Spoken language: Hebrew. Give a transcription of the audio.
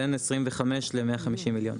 בין 25 ל- 150 מיליון.